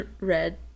red